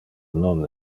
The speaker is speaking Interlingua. non